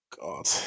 God